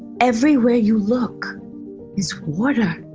everywhere you look is water.